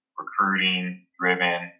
recruiting-driven